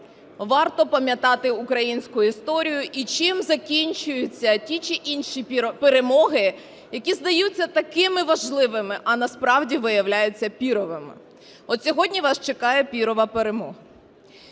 Варто пам'ятати українську історію і чим закінчуються ті чи інші перемоги, які здаються такими важливими, а насправді виявляються пірровими. От сьогодні вас чекає піррова перемога.